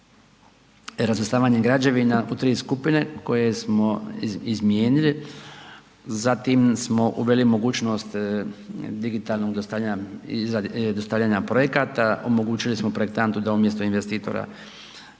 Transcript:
razvrstavanje građevina u 3 skupine koje smo izmijenili, zatim smo uveli mogućnost digitalnog dostavljanja i izradi, dostavljanja projekata, omogućili smo projektantu da umjesto investitora